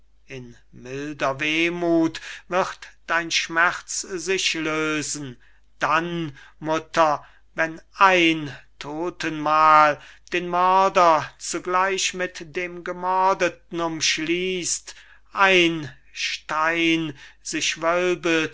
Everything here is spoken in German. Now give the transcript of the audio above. in milder wehmuth wird dein schmerz sich lösen dann mutter wenn ein todtenmal den mörder zugleich mit dem gemordeten umschließt ein stein sich